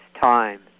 time